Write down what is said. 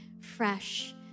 fresh